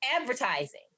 advertising